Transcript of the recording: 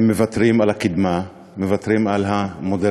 הם מוותרים על הקדמה, מוותרים על המודרניזציה,